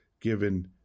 given